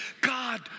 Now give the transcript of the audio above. God